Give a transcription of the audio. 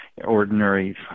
ordinary